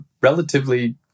relatively